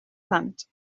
plant